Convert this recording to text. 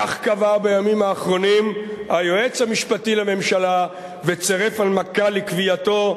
כך קבע בימים האחרונים היועץ המשפטי לממשלה וצירף הנמקה לקביעתו.